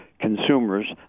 consumers